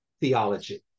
theology